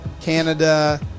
Canada